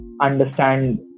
understand